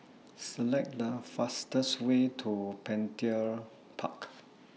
Select The fastest Way to Petir Park